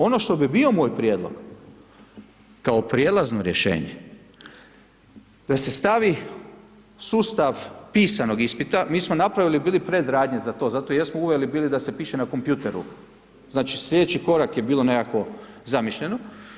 Ono što bi bio moj prijedlog kao prijelazno rješenje, da se stavi sustav pisanog ispita, mi smo napravili bili predradnje za to, zato jesmo uveli bili da se piše na kompjutoru, znači, slijedeći korak je bilo nekako zamišljeno.